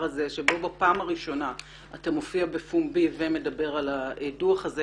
הזה שבו בפעם הראשונה אתה מופיע בפומבי ומדבר על דוח הזה